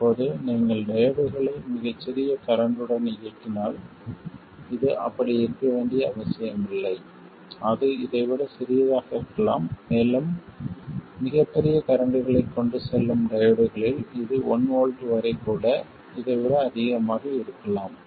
இப்போது நீங்கள் டையோட்களை மிகச் சிறிய கரண்ட் உடன் இயக்கினால் இது அப்படி இருக்க வேண்டிய அவசியமில்லை அது இதைவிடச் சிறியதாக இருக்கலாம் மேலும் மிகப் பெரிய கரண்ட்களைக் கொண்டு செல்லும் டையோட்களில் இது 1 V வரை கூட இதை விட அதிகமாக இருக்கலாம்